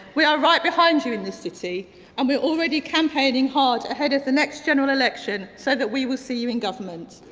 we are right behind you in this city and we're already campaigning hard ahead of the next general election so that we will see you in government.